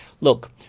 Look